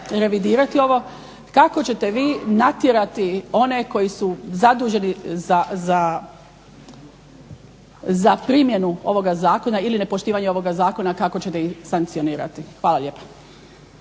revidirati ovo, kako ćete vi natjerati one koji su zaduženi za primjenu ovoga zakona ili nepoštivanje ovoga zakona kako ćete ih sankcionirati. Hvala lijepa.